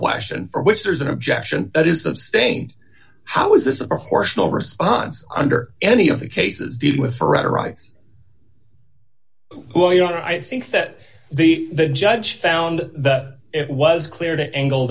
question for which there is an objection that is of seynt how is this a proportional response under any of the cases dealing with forever rights well you know i think that the judge found that it was clear the angle